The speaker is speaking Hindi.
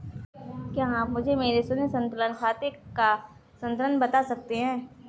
क्या आप मुझे मेरे शून्य संतुलन खाते का संतुलन बता सकते हैं?